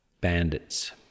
Bandits